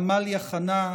עמליה חנה,